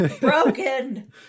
broken